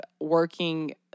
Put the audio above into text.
working